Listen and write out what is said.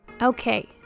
okay